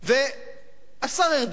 השר ארדן,